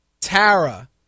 Tara